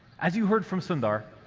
as you heard from sundar,